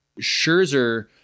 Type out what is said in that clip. Scherzer